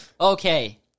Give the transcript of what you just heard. Okay